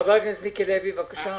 חבר הכנסת מיקי לוי בבקשה,